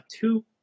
two